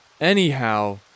Anyhow